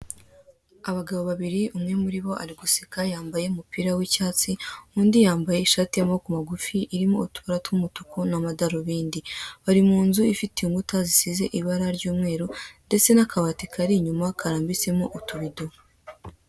Abagabo babiri, umwe muri bo ari guseka yambaye ishati y'icyatsi, undi yambaye ishati y'amaboko magufi irimo utubara tw'umutuku n'amadarobindi. Bari mu nzu ifite inkuta zisize ibara ry'umweru ndetse n'akabati kari inyuma karambitsemo utubido.